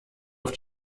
auf